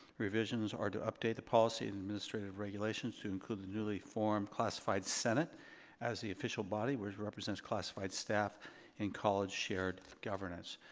revisions are to update the policy and the administrative regulations to include the newly formed classified senate as the official body which represents classified staff and college-shared governance.